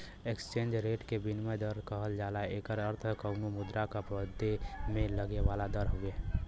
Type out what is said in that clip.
exchange rate के विनिमय दर कहल जाला एकर अर्थ कउनो मुद्रा क बदले में लगे वाला दर हउवे